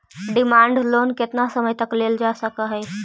demand loan केतना समय तक लेल जा सकऽ हई